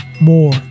more